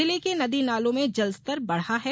जिले के नदी नालों में जलस्तर बढा है